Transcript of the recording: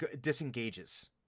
disengages